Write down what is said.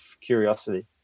curiosity